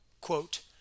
Quote